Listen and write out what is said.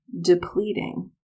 depleting